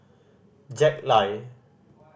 Jack Lai